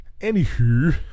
Anywho